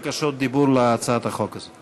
בהמשך לנאומים הרבים שנשאו כאן חברי כנסת בנאומים בני